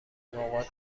نقاط